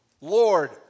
Lord